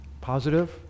positive